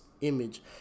image